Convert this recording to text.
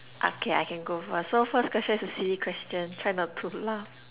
ah okay okay I can go first so first question is a silly question try not to laugh